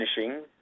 finishing